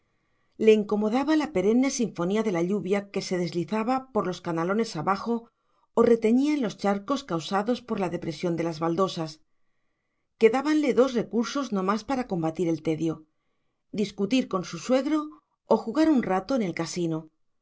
le incomodaba la perenne sinfonía de la lluvia que se deslizaba por los canalones abajo o retiñía en los charcos causados por la depresión de las baldosas quedábanle dos recursos no más para combatir el tedio discutir con su suegro o jugar un rato en el casino